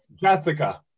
Jessica